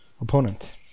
opponent